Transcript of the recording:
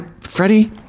freddie